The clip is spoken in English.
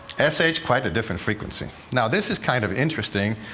s h, quite a different frequency. now, this is kind of interesting,